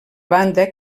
banda